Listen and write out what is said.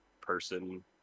person